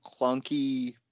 clunky